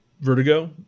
vertigo